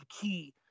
key